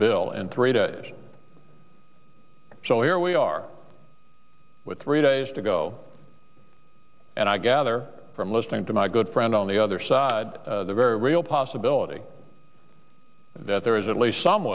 bill in three days so here we are with three days to go and i gather from listening to my good friend on the other side the very real possibility that there is at least some